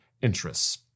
interests